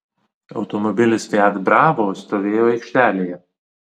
automobilis fiat bravo stovėjo aikštelėje